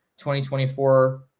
2024